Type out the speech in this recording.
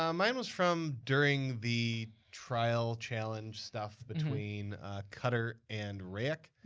um mine was from during the trial challenge stuff between cutter and rayek.